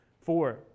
Four